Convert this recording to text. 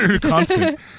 Constant